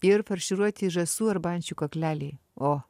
ir farširuoti žąsų arba ančių kakleliai o